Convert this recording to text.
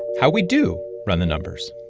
how we do run the numbers